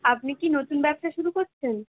আপনি কি নতুন ব্যবসা শুরু করছেন